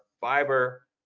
fiber